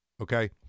okay